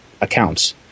accounts